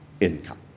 income